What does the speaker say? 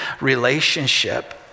relationship